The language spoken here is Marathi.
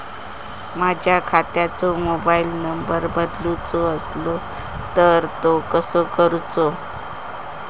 माझ्या खात्याचो मोबाईल नंबर बदलुचो असलो तर तो कसो करूचो?